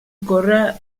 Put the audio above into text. ocórrer